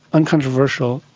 uncontroversial,